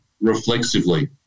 reflexively